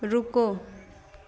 रुको